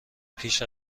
پیش